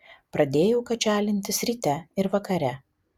pradėjau kačialintis ryte ir vakare